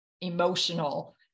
emotional